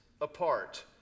apart